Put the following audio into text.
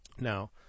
Now